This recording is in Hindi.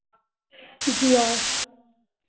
जी और